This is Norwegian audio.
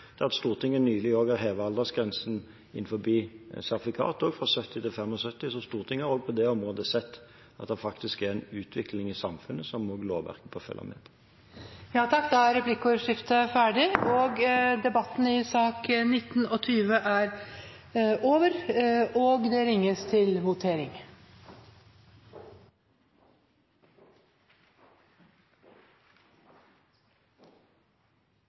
ser, er at Stortinget nylig har hevet aldersgrensen for helseattest for sertifikat fra 70 til 75 år, så Stortinget har også på det området sett at det er en utvikling i samfunnet som også lovverket bør følge med på. Replikkordskiftet er omme. Flere har ikke bedt om ordet til sakene nr. 19 og 20. Det ringes til votering.